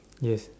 yes